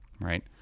right